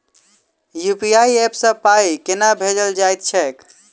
UPI app सँ पाई केना भेजल जाइत छैक?